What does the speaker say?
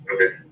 Okay